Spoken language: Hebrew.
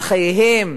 על חייהן.